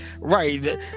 right